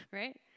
right